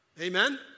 Amen